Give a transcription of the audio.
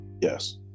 Yes